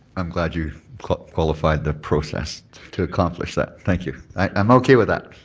i'm glad you qualified the process to accomplish that. thank you. i'm okay with that.